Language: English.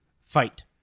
fight